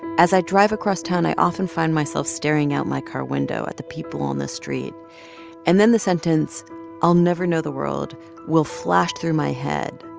as i drive across town, i often find myself staring out my car window at the people on the street and then the sentence i'll never know the world will flash through my head.